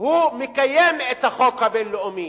מקיים את החוק הבין-לאומי.